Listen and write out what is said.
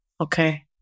okay